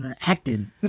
Acting